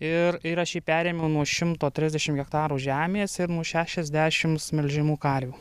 ir ir aš jį perėmiau nuo šimto trisdešimt hektarų žemės ir nuo šešiasdešims melžiamų karvių